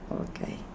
Okay